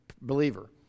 believer